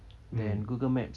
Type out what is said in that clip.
mm